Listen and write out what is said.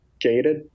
gated